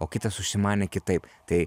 o kitas užsimanė kitaip tai